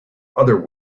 other